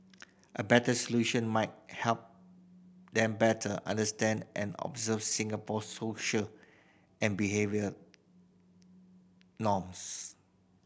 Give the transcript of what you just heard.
a better solution might help them better understand and observe Singapore's social and behavioural norms